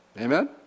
Amen